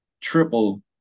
triple